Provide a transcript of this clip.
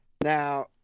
Now